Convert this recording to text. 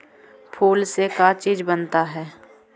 फूल से का चीज बनता है?